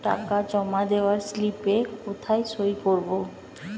টাকা জমা দেওয়ার স্লিপে কোথায় সই করব?